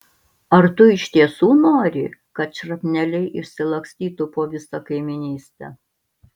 ar tu iš tiesų nori kad šrapneliai išsilakstytų po visą kaimynystę